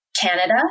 Canada